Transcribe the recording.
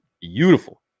beautiful